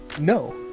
No